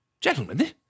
gentlemen